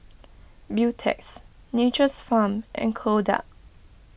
Beautex Nature's Farm and Kodak